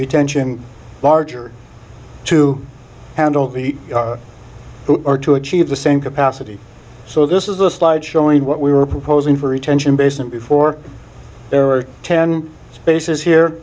retention larger to handle the who are to achieve the same capacity so this is the slide showing what we were proposing for retention basin before there are ten spaces here